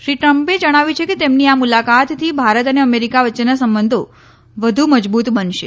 શ્રી ટ્રમ્પે જણાવ્યું છે કે તેમની આ મુલાકાત થી ભારત અને અમેરીકા વચ્ચેના સંબંધો વધુ મજબૂત બનશે